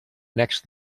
next